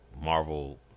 marvel